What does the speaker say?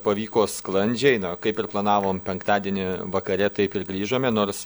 pavyko sklandžiai kaip ir planavom penktadienį vakare taip ir grįžome nors